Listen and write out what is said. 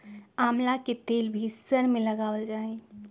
आमला के तेल भी सर में लगावल जा हई